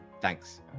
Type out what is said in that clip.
Thanks